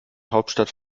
hauptstadt